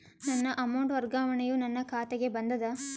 ನನ್ನ ಅಮೌಂಟ್ ವರ್ಗಾವಣೆಯು ನನ್ನ ಖಾತೆಗೆ ಬಂದದ